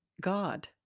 God